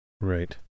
Right